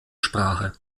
sprache